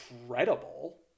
incredible